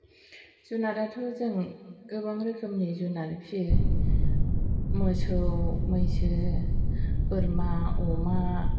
जुनाराथ' जों गोबां रोखोमनि जुनार फियो मोसौ मैसो बोरमा अमा